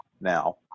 now